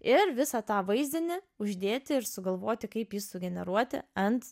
ir visą tą vaizdinį uždėti ir sugalvoti kaip jis sugeneruoti ant